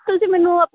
ਤੁਸੀਂ ਮੈਨੂੰ ਆਪ